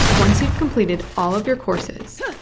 once you've completed all of your courses,